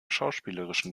schauspielerischen